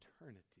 eternity